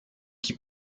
qui